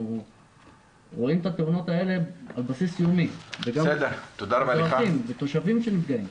אנחנו רואים את התאונות האלה על בסיס יומי וגם אזרחים ותושבים שנפגעים.